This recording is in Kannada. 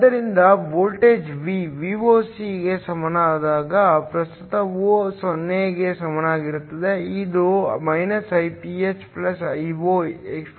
ಆದ್ದರಿಂದ ವೋಲ್ಟೇಜ್ V Vocಗೆ ಸಮನಾದಾಗ ಪ್ರಸ್ತುತವು 0 ಕ್ಕೆ ಸಮವಾಗಿರುತ್ತದೆ ಇದು Iph Io exp